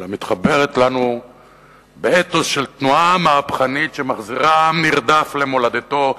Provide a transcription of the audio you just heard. אלא מתחברת לנו באתוס של תנועה מהפכנית שמחזירה עם נרדף למולדתו,